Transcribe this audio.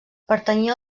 pertanyia